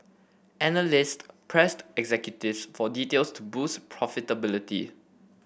analyst pressed executive for details to boost profitability